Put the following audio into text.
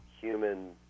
human